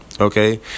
okay